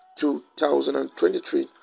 2023